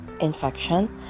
infection